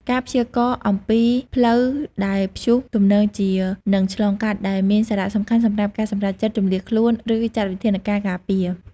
ការព្យាករណ៍អំពីផ្លូវដែលព្យុះទំនងជានឹងឆ្លងកាត់ ដែលមានសារៈសំខាន់សម្រាប់ការសម្រេចចិត្តជម្លៀសខ្លួន ឬចាត់វិធានការការពារ។